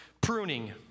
pruning